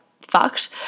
fucked